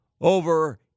over